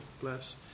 bless